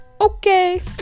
okay